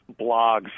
blogs